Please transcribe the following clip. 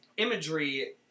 imagery